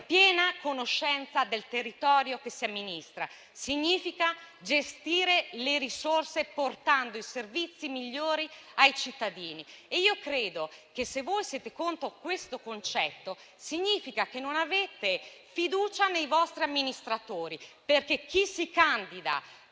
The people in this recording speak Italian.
piena conoscenza del territorio che si amministra, significa gestire le risorse portando i servizi migliori ai cittadini. Se voi siete contro questo concetto, significa che non avete fiducia nei vostri amministratori, perché chi si candida